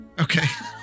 okay